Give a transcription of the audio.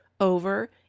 over